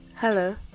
Hello